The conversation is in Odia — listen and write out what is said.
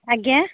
ଆଜ୍ଞା